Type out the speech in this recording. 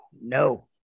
No